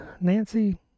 Nancy